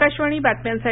आकाशवाणी बातम्यांसाठी